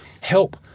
Help